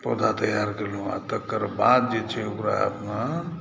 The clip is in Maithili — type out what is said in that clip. पौधा तैयार केलहुँ आ तकर बाद जे छै ओकरामे